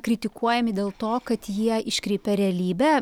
kritikuojami dėl to kad jie iškreipia realybę